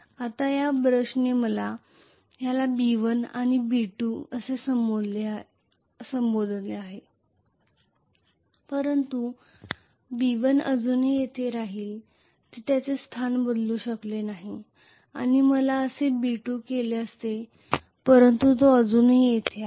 आता या ब्रशने मला याला B1 आणि B 2 म्हणून संबोधले आहे परंतु B1 अजूनही येथे राहील जे त्याचे स्थान बदलू शकले नाही आणि मला असे B2 केले असते परंतु तो अजूनही येथे आहे